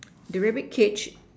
the rabbit cage